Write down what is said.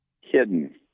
hidden